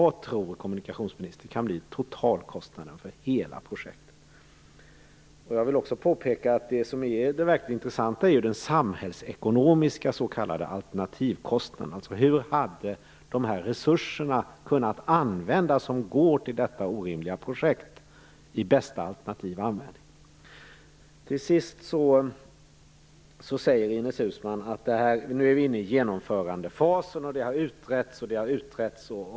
Vad tror kommunikationsministern att totalkostnaden kan bli för hela projektet? Jag vill också påpeka att det verkligt intressanta är den samhällsekonomiska s.k. alternativkostnaden, dvs. hur de resurser som avsätts för detta orimliga projekt hade kunnat användas på bästa alternativa sätt. Till sist säger Ines Uusmann att vi nu är inne i genomförandefasen, att frågan har utretts och utretts.